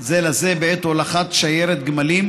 זה לזה בעת הולכת שיירת גמלים,